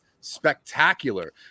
spectacular